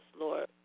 Lord